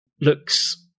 looks